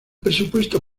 presupuesto